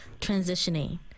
transitioning